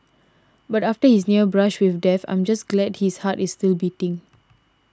but after his near brush with death I'm just glad his heart is still beating